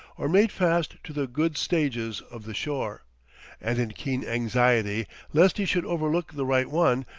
or made fast to the goods-stages of the shore and in keen anxiety lest he should overlook the right one,